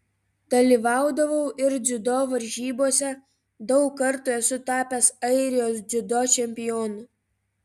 dalyvaudavau ir dziudo varžybose daug kartų esu tapęs airijos dziudo čempionu